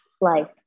life